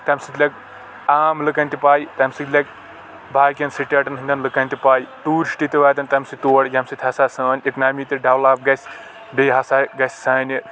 تَمہِ سۭتۍ لگہِ عام لُکن تہِ پَے تَمہِ سۭتۍ لگہِ پاقین سِٹیٹن ۂنٛدٮ۪ن لُکن تہِ پَے ٹیوٗرِسٹ تہِ واتَن تَمہِ سٲتۍ تور ییٚمہِ سۭتۍ ہسا سأنۍ اِکنامی تہِ ڈیولپ گژھہِ بیٚیہِ ہسا گژھہِ سانہِ